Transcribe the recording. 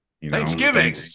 Thanksgiving